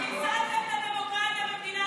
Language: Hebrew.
חיסלתם את הדמוקרטיה במדינת ישראל.